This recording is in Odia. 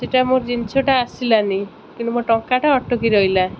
ସେଇଟା ମୋ ଜିନିଷଟା ଆସିଲାନି କିନ୍ତୁ ମୋ ଟଙ୍କାଟା ଅଟକି ରହିଲା